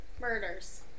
Murders